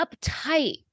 uptight